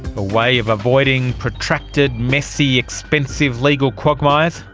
a way of avoiding protracted, messy, expensive legal quagmires,